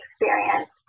experience